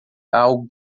algo